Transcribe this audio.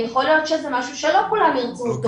יכול להיות שזה משהו שלא כולם ירצו אותו.